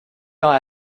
temps